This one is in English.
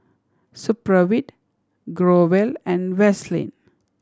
Supravit Growell and Vaselin